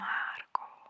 Marco